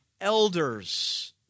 elders